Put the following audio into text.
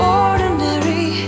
ordinary